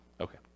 Okay